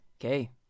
Okay